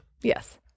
Yes